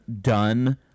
done